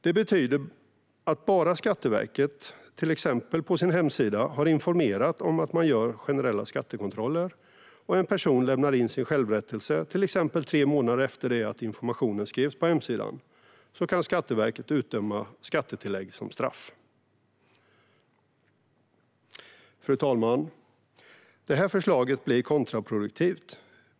Det betyder att om Skatteverket, till exempel på sin hemsida, har informerat om att man gör generella skattekontroller och en person lämnar in sin självrättelse, till exempel tre månader efter att informationen skrevs på hemsidan, kan Skatteverket utdöma skattetillägg som straff. Fru talman! Detta förslag blir kontraproduktivt.